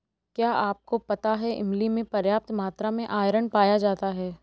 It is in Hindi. क्या आपको पता है इमली में पर्याप्त मात्रा में आयरन पाया जाता है?